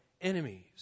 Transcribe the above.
enemies